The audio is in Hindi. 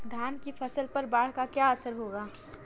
धान की फसल पर बाढ़ का क्या असर होगा?